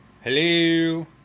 Hello